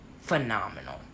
phenomenal